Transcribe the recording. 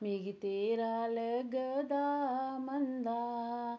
मिगी तेरा लगदा मंदा